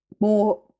more